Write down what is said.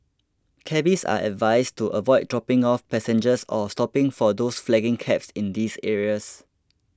cabbies are advised to avoid dropping off passengers or stopping for those flagging cabs in these areas